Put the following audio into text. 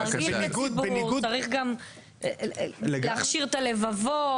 את הציבור, צריך גם להכשיר את הלבבות.